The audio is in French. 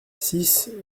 six